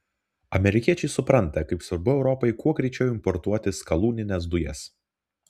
amerikiečiai supranta kaip svarbu europai kuo greičiau importuoti skalūnines dujas